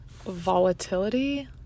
volatility